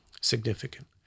significant